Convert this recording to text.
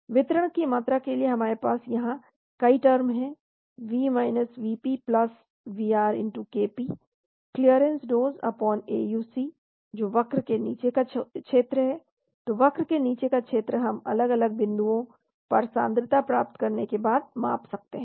वितरण की मात्रा के लिए हमारे यहां कई टर्म हैं V Vp Vr Kp clearance dose AUC है जो वक्र के नीचे का क्षेत्र है तो वक्र के नीचे का क्षेत्र हम अलग अलग समय बिंदुओं पर सान्द्रता प्राप्त करने के बाद माप सकते हैं